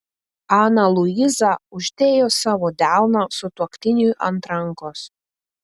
ana luiza uždėjo savo delną sutuoktiniui ant rankos